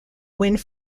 wind